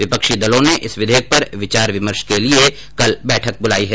विपक्षी दलों ने इस विधेयक पर विचार विमर्श के लिए कल बैठक ब्लाई है